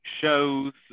shows